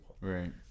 right